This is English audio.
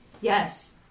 Yes